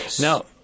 Now